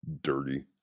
dirty